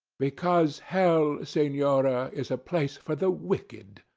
because hell, senora, is a place for the wicked.